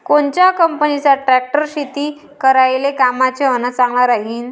कोनच्या कंपनीचा ट्रॅक्टर शेती करायले कामाचे अन चांगला राहीनं?